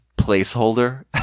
placeholder